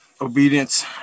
obedience